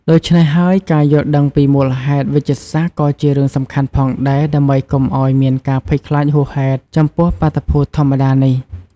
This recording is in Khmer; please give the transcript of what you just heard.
ដូច្នេះហើយ ការយល់ដឹងពីមូលហេតុវេជ្ជសាស្ត្រក៏ជារឿងសំខាន់ផងដែរ ដើម្បីកុំឱ្យមានការភ័យខ្លាចហួសហេតុចំពោះបាតុភូតធម្មតានេះ។